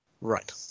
Right